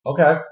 Okay